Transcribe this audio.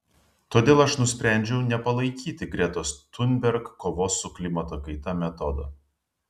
todėl aš nusprendžiau nepalaikyti gretos thunberg kovos su klimato kaita metodo